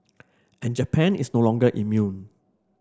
and Japan is no longer immune